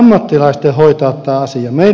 elikkä ei puututa tähän